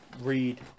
read